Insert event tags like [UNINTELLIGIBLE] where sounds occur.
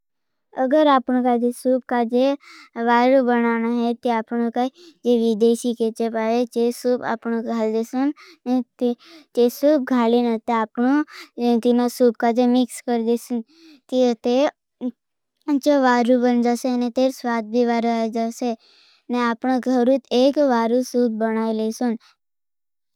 अगर आपनों कावरी सुप का जे वारु बनाना है। ति आपनों काव़ि ये वीदेशी के चेप हावे। जै सुप आपनों घळ देश। जै सुप घालीन अते दे तीनो सुप का जे मिक्स कर देश। तीय ते जय वारुबन जासे। [UNINTELLIGIBLE] अपना घ़रूट एक वारू सूप बनाये लेगसन।